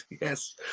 Yes